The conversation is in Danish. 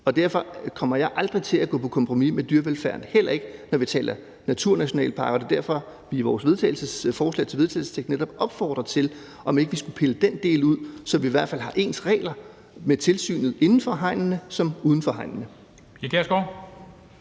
Og derfor kommer jeg aldrig til at gå på kompromis med dyrevelfærden, heller ikke når vi taler naturnationalparker. Det er derfor, at vi i vores forslag til vedtagelse netop opfordrer til at pille den del ud, så vi i hvert fald har ens regler med tilsynet inden for hegnene som uden for hegnene.